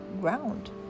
ground